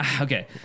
Okay